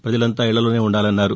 ప్రజలంతా ఇక్షలోనే ఉండాలన్నారు